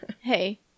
Hey